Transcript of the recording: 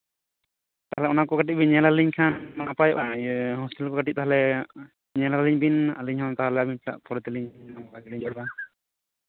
ᱛᱟᱦᱚᱞᱮ ᱚᱱᱟ ᱠᱚ ᱠᱟᱹᱴᱤᱡ ᱵᱤᱱ ᱧᱮᱞ ᱟᱹᱞᱤᱧ ᱠᱷᱟᱱ ᱱᱟᱯᱟᱭᱚᱜᱼᱟ ᱦᱳᱥᱴᱮᱞ ᱠᱚ ᱠᱟᱹᱴᱤᱡ ᱛᱟᱦᱚᱞᱮ ᱧᱮᱞ ᱟᱹᱞᱤᱧ ᱵᱤᱱ ᱟᱹᱞᱤᱧ ᱦᱚᱸ ᱛᱟᱦᱚᱞᱮ ᱟᱵᱮᱱ ᱥᱟᱜ ᱯᱚᱨᱮ ᱛᱮᱞᱤᱧ ᱡᱳᱜᱟᱡᱳᱜᱼᱟ